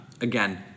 again